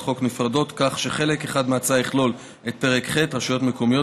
חוק נפרדות כך שחלק אחד מההצעה יכלול את פרק ח' רשויות מקומיות,